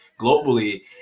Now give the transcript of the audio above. globally